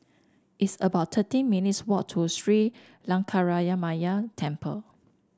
it's about thirteen minutes' walk to Sri Temple